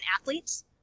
athletes